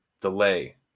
delay